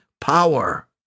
power